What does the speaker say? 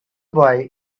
boy